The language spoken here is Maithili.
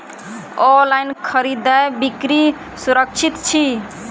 ऑनलाइन खरीदै बिक्री सुरक्षित छी